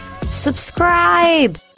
subscribe